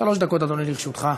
שלוש דקות, אדוני, לרשותך.